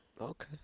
okay